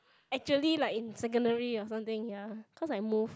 actually like in secondary or something ya cause I moved